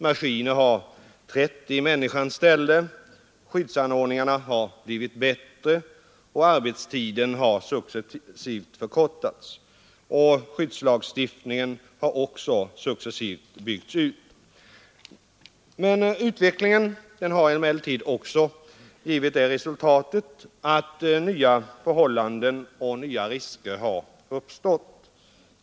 Maskiner har trätt i människans ställe, skyddsanordningarna har blivit bättre och arbetstiden har successivt förkortats. Skyddslagstiftningen har också successivt byggts ut. Utvecklingen har emellertid givit det resultatet att nya förhållanden och nya risker har uppstått.